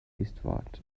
eastward